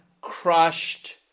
crushed